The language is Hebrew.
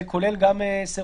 זה כולל גם סרולוגי?